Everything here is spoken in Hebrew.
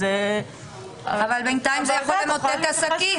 אז הוועדה --- אבל בינתיים זה יכול למוטט עסקים.